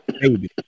baby